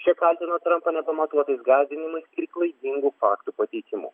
šie kaltina trampą nepamatuotais gąsdinimais ir klaidingų faktų pateikimu